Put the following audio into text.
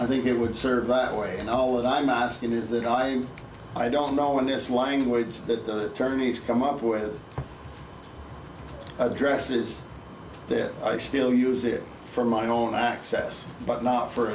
i think it would serve that way and all that i'm not asking is that i i don't know in this language that the tourney's come up with addresses that i still use it for my own access but